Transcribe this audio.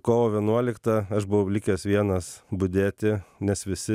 kovo vienuoliktą aš buvau likęs vienas budėti nes visi